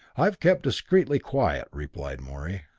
i've kept discreetly quiet, replied morey,